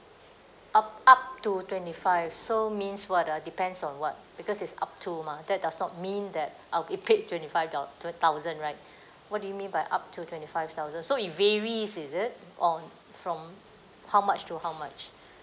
up up to twenty five so means what ah depends on what because is up to mah that does not mean that uh we paid twenty five do~ twenty thousand right what do you mean by up to twenty five thousand so it varies is it on from how much to how much